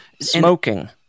smoking